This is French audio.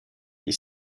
est